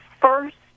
first